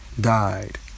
died